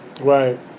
Right